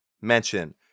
mention